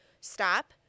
stop